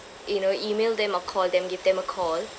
you know email them or call them give them a call